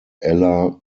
ella